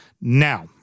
Now